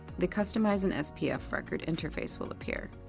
the customize an spf record interface will appear.